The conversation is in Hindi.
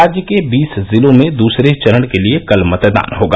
राज्य के बीस जिलों में दूसरे चरण के लिये कल मतदान होगा